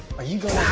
are you gonna